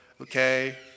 okay